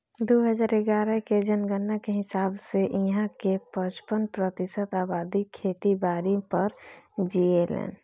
दू हजार इग्यारह के जनगणना के हिसाब से इहां के पचपन प्रतिशत अबादी खेती बारी पर जीऐलेन